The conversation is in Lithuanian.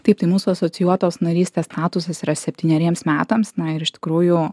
taip tai mūsų asocijuotos narystės statusas yra septyneriems metams na ir iš tikrųjų